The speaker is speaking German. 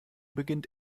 beginnt